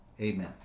Amen